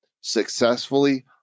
successfully